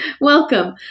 Welcome